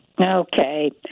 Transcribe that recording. Okay